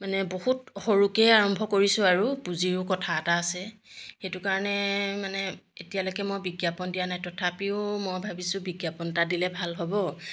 মানে বহুত সৰুকৈয়ে আৰম্ভ কৰিছোঁ আৰু পুঁজিৰো কথা এটা আছে সেইটো কাৰণে মানে এতিয়ালৈকে মই বিজ্ঞাপন দিয়া নাই তথাপিও মই ভাবিছোঁ বিজ্ঞাপন এটা দিলে ভাল হ'ব